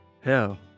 Hell